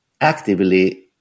actively